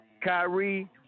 Kyrie